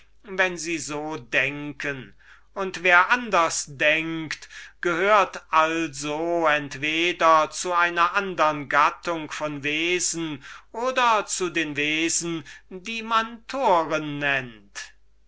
wenn sie so denken und wer anders denkt gehört folglich entweder zu einer andern gattung von wesen oder zu den wesen die man toren nennt